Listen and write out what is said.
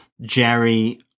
Jerry